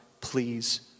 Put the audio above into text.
please